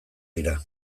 dira